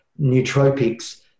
nootropics